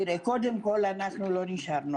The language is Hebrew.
קודם כול, לא נשארנו